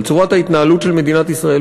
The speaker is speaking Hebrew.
על צורת ההתנהלות של מדינת ישראל,